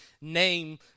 name